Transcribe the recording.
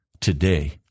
today